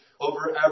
over